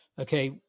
okay